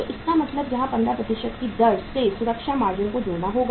तो इसका मतलब यहाँ 15 की दर से सुरक्षा मार्जिन को जोड़ना होगा